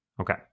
Okay